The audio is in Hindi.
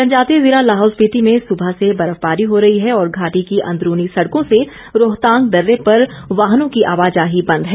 जनजातीय जिला लाहौल स्पिति में सुबह से बर्फबारी हो रही है और घाटी की अंदरूनी सड़कों से रोहतांग दर्रे पर वाहनों की आवाजाही बंद है